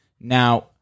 Now